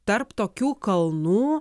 tarp tokių kalnų